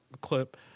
clip